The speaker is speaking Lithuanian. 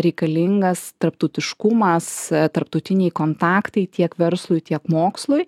reikalingas tarptautiškumas tarptautiniai kontaktai tiek verslui tiek mokslui